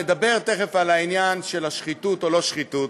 נדבר תכף על העניין של השחיתות או לא שחיתות,